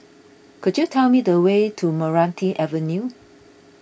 could you tell me the way to Meranti Avenue